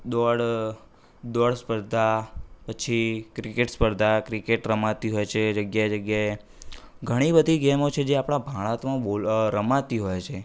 દોડ દોડ સ્પર્ધા પછી ક્રિકેટ સ્પર્ધા ક્રિકેટ રમાતી હોય છે જગ્યાએ જગ્યાએ ઘણી બધી ગેમો છે જે આપણા ભારતમાં બોલ રમાતી હોય છે